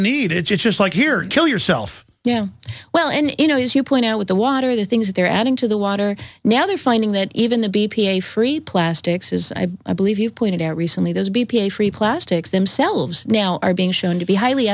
need it's just like here kill yourself yeah well and you know as you point out with the water the things that they're adding to the water now they're finding that even the b p a free plastics is i believe you pointed out recently those b p a free plastics themselves now are being shown to be highly